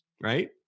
right